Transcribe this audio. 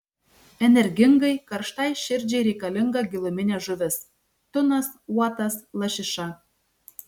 energingai karštai širdžiai reikalinga giluminė žuvis tunas uotas lašiša